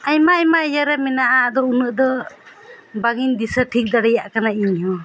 ᱟᱭᱢᱟ ᱟᱭᱢᱟ ᱤᱭᱟᱹ ᱨᱮ ᱢᱮᱱᱟᱜᱼᱟ ᱟᱫᱚ ᱩᱱᱟᱹᱜ ᱫᱚ ᱵᱟᱝ ᱤᱧ ᱫᱤᱥᱟᱹ ᱴᱷᱤᱠ ᱫᱟᱲᱮᱭᱟᱜ ᱠᱟᱱᱟ ᱤᱧᱦᱚᱸ